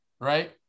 right